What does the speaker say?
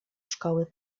szkoły